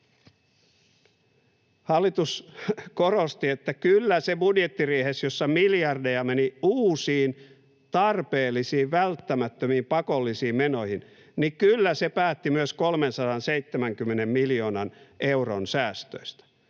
Hallitus korosti, että kyllä se budjettiriihessä, jossa miljardeja meni uusiin tarpeellisiin, välttämättömiin, pakollisiin menoihin, päätti myös 370 miljoonan euron säästöistä.